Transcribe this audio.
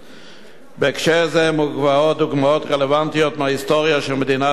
בהקשר זה מובאות דוגמאות רלוונטיות מההיסטוריה של מדינת ישראל.